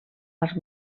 als